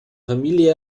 familie